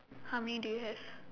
how many do you have